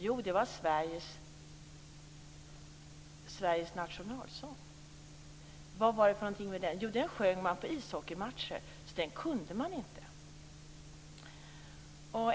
Jo, det var Sveriges nationalsång. Vad var det med den? Jo, den sjöng man på ishockeymatcher, så den kunde man inte.